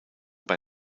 bei